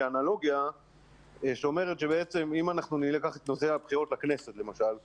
אנלוגיה שאומרת שבעצם אם אנחנו ניקח את נושא הבחירות לכנסת למשל,